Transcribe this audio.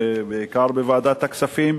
בעיקר בוועדת הכספים,